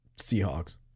Seahawks